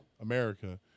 america